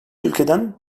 ülkeden